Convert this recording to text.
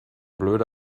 blöde